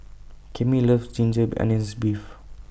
Cami loves Ginger Onions Beef